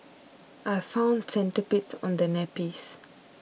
I found centipedes on the nappies